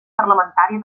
parlamentària